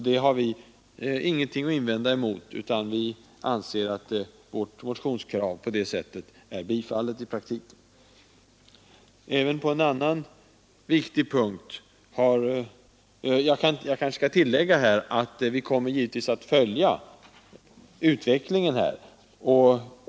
Det har vi ingenting att invända mot, utan vi anser att vårt motionskrav på det sättet i praktiken är bifallet. Jag kanske skall tillägga att vi givetvis kommer att följa utvecklingen på området.